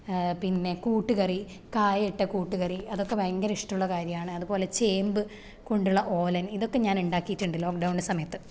പിന്നെ കൂട്ട് കറി കായ ഇട്ട കൂട്ട് കറി അതൊക്കെ ഭയങ്കര ഇഷ്ടമുള്ള കാര്യമാണ് അതുപോലെ ചേമ്പ് കൊണ്ടുള്ള ഓലൻ ഇതൊക്കെ ഞാൻ ഉണ്ടാക്കീട്ടുണ്ട് ലോക്ക് ഡൗണിൻ്റെ സമയത്ത്